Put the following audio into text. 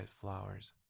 flowers